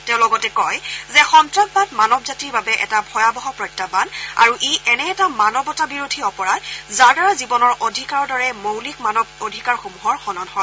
তেওঁ লগতে কয় যে সন্তাসবাদ মানৱ জাতিৰ বাবে এটা ভয়াৰহ প্ৰত্যাহান আৰু ই এনে এটা মানৱতাবিৰোধী অপৰাধ যাৰ দ্বাৰা জীৱনৰ অধিকাৰৰ দৰে মৌলিক মানৱ অধিকাৰসমূহৰ হনন হয়